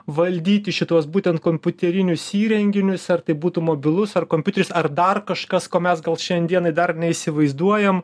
valdyti šituos būtent kompiuterinius įrenginius ar tai būtų mobilus ar kompiuteris ar dar kažkas ko mes gal šiandienai dar neįsivaizduojam